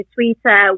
Twitter